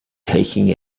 taking